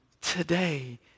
today